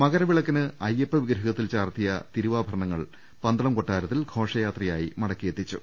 മകരവിളക്കിന് അയ്യപ്പവിഗ്രഹത്തിൽ ചാർത്തിയ തിരുവാഭരണങ്ങൾ പന്തളം കൊട്ടാരത്തിൽ ഘോഷയാത്രയായി മടക്കിയെത്തിച്ചു